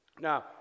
Now